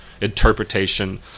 interpretation